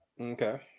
Okay